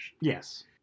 Yes